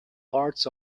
parts